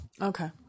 Okay